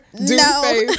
no